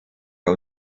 der